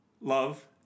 love